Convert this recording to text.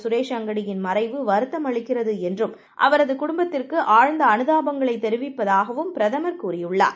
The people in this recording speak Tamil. சுரேஷ்அங்கடியின்மறை வுவருத்தமளிக்கிறதுஎன்றும் அவரதுகுடும்பத்திற்குஆழ்ந்தஅனுதாபங்களைதெரிவிப் பதாகவும்பிரதமர்கூறியுள்ளார்